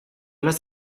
las